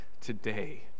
today